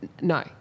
no